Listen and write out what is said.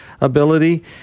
ability